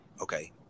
Okay